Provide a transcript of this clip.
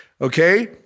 Okay